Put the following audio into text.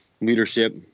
leadership